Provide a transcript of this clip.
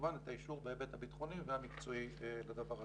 כמובן את האישור בהיבט הביטחוני והמקצועי לדבר הזה.